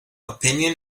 opinion